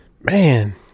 man